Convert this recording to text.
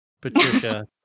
patricia